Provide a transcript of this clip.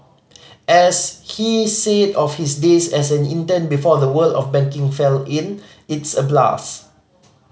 as he said of his days as an intern before the world of banking fell in it's a blast